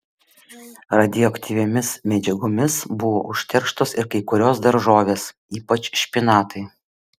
radioaktyviomis medžiagomis buvo užterštos ir kai kurios daržovės ypač špinatai